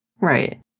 Right